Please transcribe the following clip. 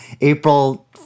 April